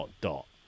dot